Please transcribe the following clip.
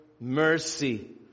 mercy